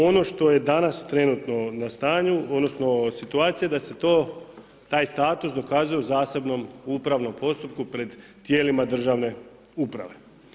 Ono što je danas trenutno na stanju odnosno situacija da se to, taj status dokazuje u zasebnom upravnom postupku pred tijelima državne uprave.